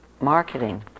marketing